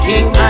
King